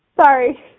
Sorry